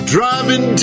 Driving